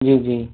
जी जी